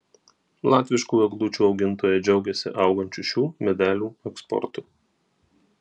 latviškų eglučių augintojai džiaugiasi augančiu šių medelių eksportu